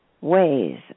ways